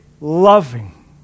loving